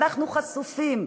אנחנו חשופים,